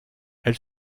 elle